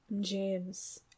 james